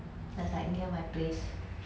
that's like near my place